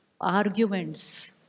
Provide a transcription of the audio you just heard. arguments